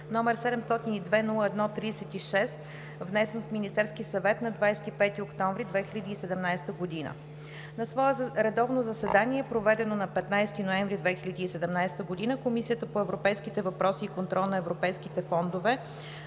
№ 702-01-36, внесен от Министерския съвет на 25 октомври 2017 г. На свое редовно заседание, проведено на 15 ноември 2017 г., Комисията по европейските въпроси и контрол на европейските фондове